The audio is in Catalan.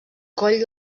coll